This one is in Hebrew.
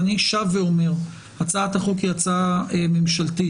אני שב ואומר: הצעת החוק היא הצעה ממשלתית,